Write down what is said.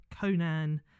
Conan